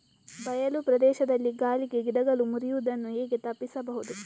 ಬಯಲು ಪ್ರದೇಶದಲ್ಲಿ ಗಾಳಿಗೆ ಗಿಡಗಳು ಮುರಿಯುದನ್ನು ಹೇಗೆ ತಪ್ಪಿಸಬಹುದು?